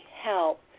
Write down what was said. help